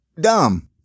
dumb